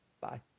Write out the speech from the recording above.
Bye